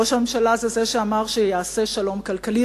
ראש הממשלה זה הוא שאמר שיעשה שלום כלכלי,